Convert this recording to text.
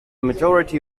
majority